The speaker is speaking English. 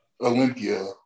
Olympia